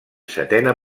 setena